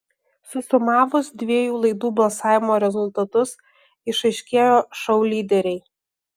susumavus dviejų laidų balsavimo rezultatus išaiškėjo šou lyderiai